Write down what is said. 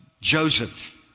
Joseph